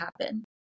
happen